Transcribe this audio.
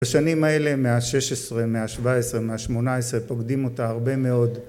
בשנים האלה, המאה ה-16, המאה ה-17, המאה ה-18, פוקדים אותה הרבה מאוד